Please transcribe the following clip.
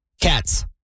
Cats